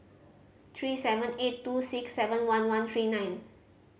three seven eight two six seven one one three nine